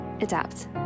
ADAPT